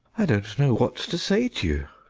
i don't know what to say to you.